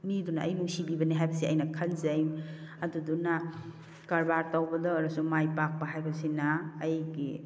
ꯃꯤꯗꯨꯅ ꯑꯩꯕꯨ ꯅꯨꯡꯁꯤꯕꯤꯕꯅꯦ ꯍꯥꯏꯕꯁꯦ ꯑꯩꯅ ꯈꯟꯖꯩ ꯑꯗꯨꯗꯨꯅ ꯀꯔꯕꯥꯔ ꯇꯧꯕꯗ ꯑꯣꯏꯔꯁꯨ ꯃꯥꯏ ꯄꯥꯛꯄ ꯍꯥꯏꯕꯁꯤꯅ ꯑꯩꯒꯤ